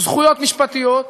זכויות משפטיות.